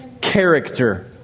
character